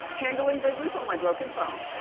handling business on my broken phone.